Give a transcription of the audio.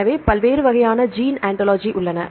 எனவே பல்வேறு வகையான ஜீன் ஆன்டாலஜி உள்ளன